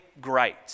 great